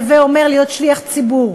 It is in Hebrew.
הווה אומר להיות שליח ציבור,